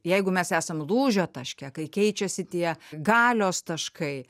jeigu mes esame lūžio taške kai keičiasi tie galios taškai